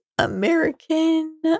American